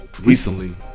recently